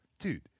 Dude